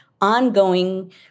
ongoing